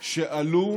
שעלו